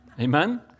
Amen